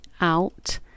out